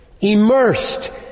immersed